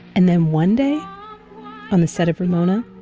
and then one day on the set of ramona,